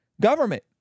government